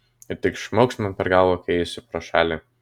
ir tik šmaukšt man per galvą kai eisiu pro šalį